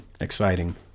exciting